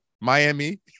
Miami